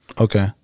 Okay